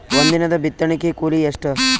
ಒಂದಿನದ ಬಿತ್ತಣಕಿ ಕೂಲಿ ಎಷ್ಟ?